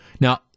Now